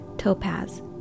Topaz